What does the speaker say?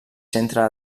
centre